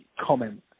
comment